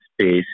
space